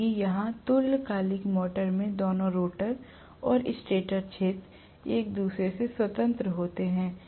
जबकि यहाँ तुल्यकालिक मोटर में दोनों रोटर और स्टेटर क्षेत्र एक दूसरे से स्वतंत्र होते हैं